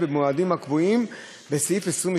בבקשה, אדוני.